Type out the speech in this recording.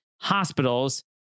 hospitals